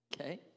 Okay